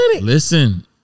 Listen